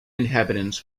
inhabitants